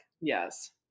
Yes